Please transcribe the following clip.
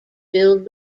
filled